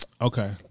okay